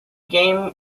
game